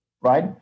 right